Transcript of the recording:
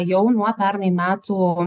jau nuo pernai metų